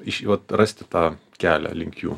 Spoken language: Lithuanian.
iš jų vat rasti tą kelią link jų